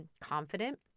confident